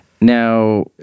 Now